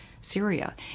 Syria